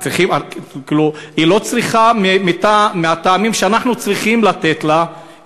היא לא צריכה מהטעם שאנחנו צריכים לתת לה,